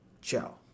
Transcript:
ciao